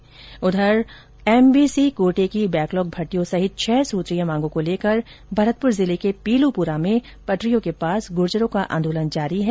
उधर द्रसरी ओर एमबीसी कोटे की बैकलॉग भर्तियों सहित छह सूत्रीय मांगों को लेकर भरतपुर जिले के पीलूपुरा में पटरियों के पास गुर्जरों का आंदोलन जारी है